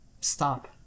Stop